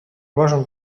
важен